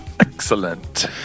Excellent